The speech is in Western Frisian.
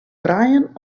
trijen